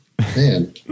man